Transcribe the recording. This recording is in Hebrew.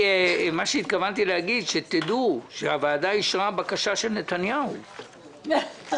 אורית ואחרים העלו טענות שזה לא בדיוק משווה לקופות האחרות,